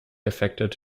affected